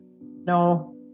No